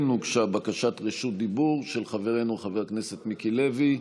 כן הוגשה בקשת רשות דיבור של חברנו חבר הכנסת מיקי לוי,